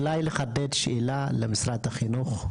אולי לחדד שאלה למשרד החינוך?